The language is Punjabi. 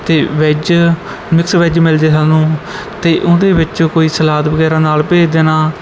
ਅਤੇ ਵੈਜ ਮਿਕਸ ਵੈਜ ਮਿਲ ਜਾਏ ਸਾਨੂੰ ਅਤੇ ਉਹਦੇ ਵਿੱਚ ਕੋਈ ਸਲਾਦ ਵਗੈਰਾ ਨਾਲ ਭੇਜ ਦੇਣਾ